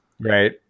Right